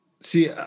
See